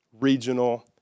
regional